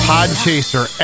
Podchaser